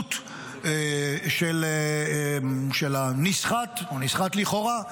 העדות של הנסחט, או הנסחט לכאורה,